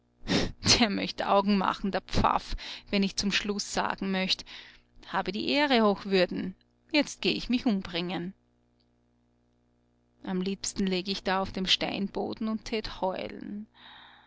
der möcht augen machen der pfaff wenn ich zum schluß sagen möcht habe die ehre hochwürden jetzt geh ich mich umbringen am liebsten läg ich da auf dem steinboden und tät heulen